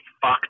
fuck